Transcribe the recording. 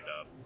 up